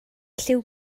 lliw